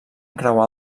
creuar